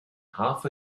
half